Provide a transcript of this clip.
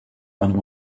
meiner